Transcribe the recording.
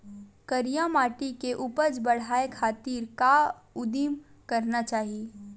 करिया माटी के उपज बढ़ाये खातिर का उदिम करना चाही?